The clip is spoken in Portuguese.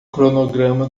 cronograma